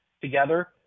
together